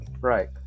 right